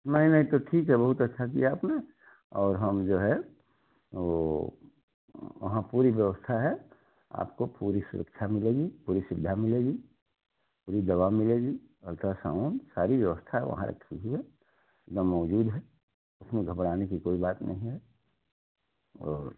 नहीं नहीं तो ठीक है बहुत अच्छा किया आपने और हम जो है वह वहाँ पुरी व्यवस्था है आपको पूरी सुरक्षा मिलेगी पूरी सुविधा मिलेगी पूरी दवा मिलेगी अल्ट्रासाउंड सारी व्यवस्था वहाँ रखती ही है एक दम मौजूद है इसमें घबराने की कोई बात नहीं है और